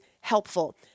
helpful